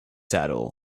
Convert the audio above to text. saddle